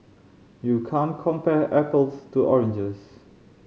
you can't compare apples to oranges